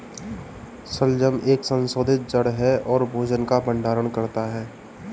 शलजम एक संशोधित जड़ है और भोजन का भंडारण करता है